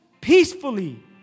peacefully